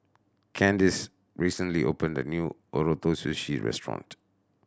Kandice recently opened a new Ootoro Sushi Restaurant